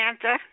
Santa